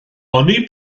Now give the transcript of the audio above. oni